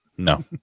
No